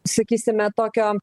sakysime tokio